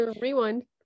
Rewind